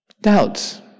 doubts